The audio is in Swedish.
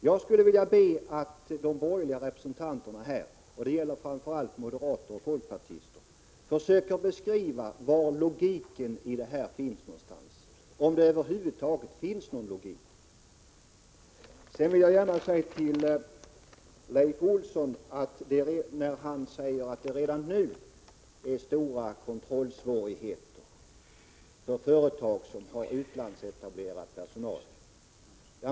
Jag skulle vilja be de borgerliga representanterna, framför allt moderater och folkpartister, att försöka beskriva var någonstans logiken ligger, om det över huvud taget finns någon logik. Leif Olsson sade att det redan nu är stora kontrollsvårigheter beträffande företag som har utlandsetablerad personal.